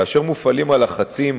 כאשר מופעלים הלחצים